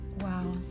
Wow